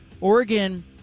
Oregon